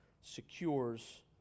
secures